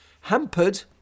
hampered